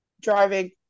Driving